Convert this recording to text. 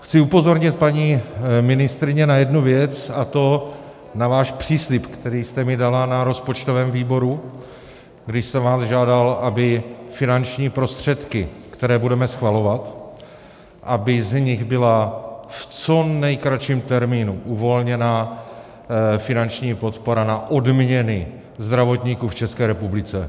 Chci upozornit, paní ministryně, na jednu věc, a to na váš příslib, který jste mi dala na rozpočtovém výboru, kdy jsem vás žádal, aby finanční prostředky, které budeme schvalovat, aby z nich byla v co nejkratším termínu uvolněna finanční podpora na odměny zdravotníků v České republice.